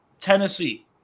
Tennessee